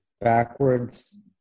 backwards